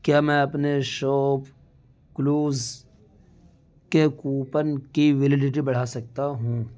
کیا میں اپنے شاپ کلوز کے کوپن کی ویلیڈٹی بڑھا سکتا ہوں